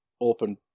open